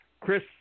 Chris